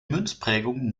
münzprägung